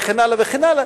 וכן הלאה וכן הלאה,